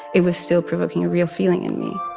it was still provoking a real feeling in me